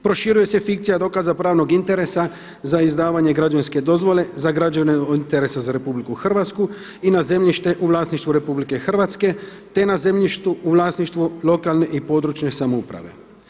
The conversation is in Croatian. Proširuje se fikcija dokaza pravnog interesa za izdavanje građevinske dozvole za građevine od interesa za RH i na zemljište u vlasništvu RH te na zemljištu u vlasništvu lokalne i područne samouprave.